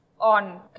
on